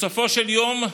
בסופו של יום,